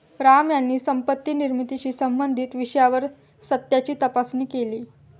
राम यांनी संपत्ती निर्मितीशी संबंधित विषयावर सत्याची तपासणी केली